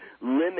limit